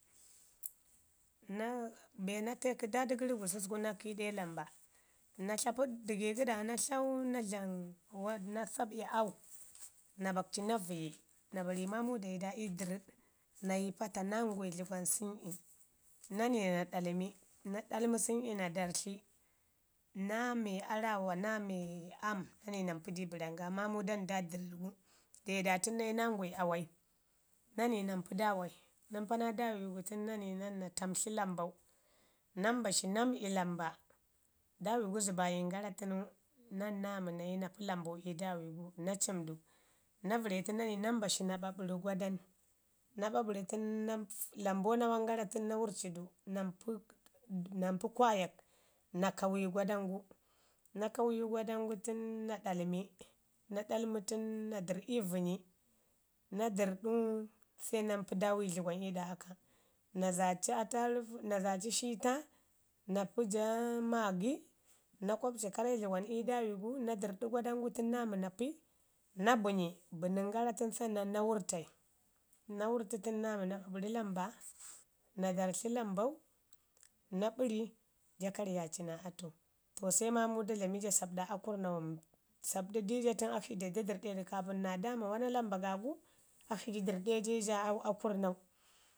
Naa be na teu kə daadigəri gusuku naa kiiɗe lambai natla pə dəgi gəɗa naa tlau nao dlam naa sab'i au, na bakci na vəyi na bari maamau dayi da ii dərrəɗi nayi pata, na ngwai dləgwan san'i na nai naa ɗalmi na ɗalmi sən'i na darrtli naa me araawa na me aam na nai na mpi di bəran ga maamau dan da dərrəɗgu, de da tənu nangwai amai na nai rampi daawai na mpa naa daawigu tən na nai na tamtli lambau, na mbashi na mə'i lambau. Daawi gu zə baayin gara tənu, nan na mi nayi na pi lambau ii daawi gu na cimu du, na vare tənu na nai na mbashi na ɓaɓari gwadanu na ɓaɓari tənu nam lambau nawan gara tənu, na warci du, na mpi kaayak na kauyi gwadanu gu. Na kauyi gwadan gu təni na na ɗalmu tənu na dərr'i ii vənyi nadərrɗu se na mpi daawi dləgwam ii ɗa aka, na zaaci atarutu zaaci cito, na pi ja maagi, na kwpci kare dlugwan iidawi gu, na dərrɗu gwadan gu tənu naa mi na pi na bənyi, bənin gara tənu se na wurrtai, na wurrti tənu na mi na ɓaɓəri lamba na darrtli lambau, na ɓari, ja karyaci naa atu. To se maamau da dlami sabɗa akurrna wami sabɗi di ja tən akshi dayi da dərrde du, kapən naa daamo wana lambo ga gu, akshiji dərrde di ja au akurrnau